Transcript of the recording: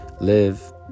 Live